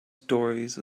stories